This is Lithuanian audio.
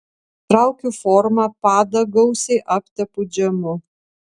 traukiu formą padą gausiai aptepu džemu